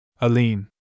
Aline